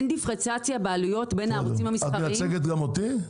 אין דיפרנציאציה בעלויות בין הערוצים המסחריים --- את מייצגת גם אותי?